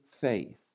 faith